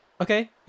Okay